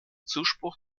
zuspruch